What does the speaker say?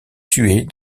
tuée